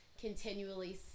continually